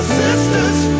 sisters